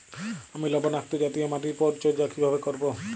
আমি লবণাক্ত জাতীয় মাটির পরিচর্যা কিভাবে করব?